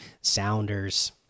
Sounders